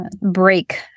break